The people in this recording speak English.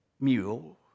mule